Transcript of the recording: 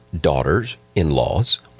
daughters-in-laws